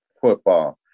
football